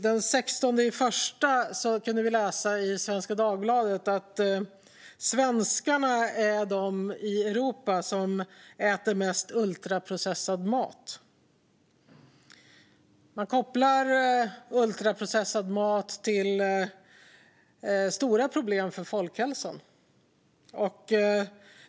Den 16 januari kunde vi i Svenska Dagbladet läsa att svenskarna äter mest ultraprocessad mat i Europa. Man kopplar ultraprocessad mat till stora problem för folkhälsan.